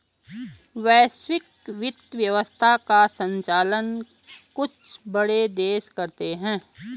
वैश्विक वित्त व्यवस्था का सञ्चालन कुछ बड़े देश करते हैं